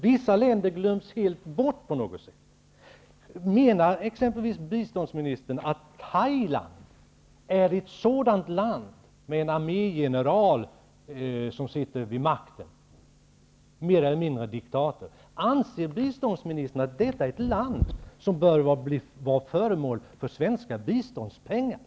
Vissa länder glöms på något sätt helt bort. Menar biståndsministern att exempelvis Thailand, med en armégeneral, mer eller mindre en diktator, vid makten, är ett land som bör vara föremål för svenska biståndspengar?